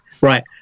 right